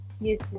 Yes